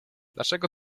dlaczego